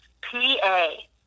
P-A